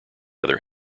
other